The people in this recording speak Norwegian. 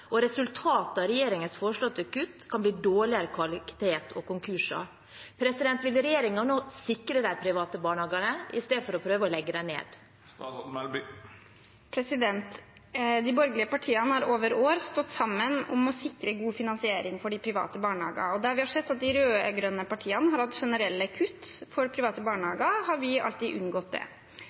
og at resultatet av regjeringens foreslåtte kutt kan bli dårligere kvalitet og konkurser? Vil regjeringen nå sikre de private barnehagene i stedet for å prøve å legge dem ned? De borgerlige partiene har over flere år stått sammen om å sikre god finansiering for de private barnehagene. Der vi har sett at de rød-grønne partiene har hatt generelle kutt for private barnehager, har vi alltid unngått det.